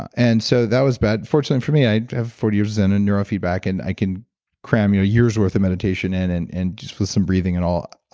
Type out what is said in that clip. and so that was bad fortunately for me, i have forty years of zen and neurofeedback and i can cram yeah a year's worth of meditation in and and just put some breathing and all.